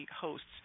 hosts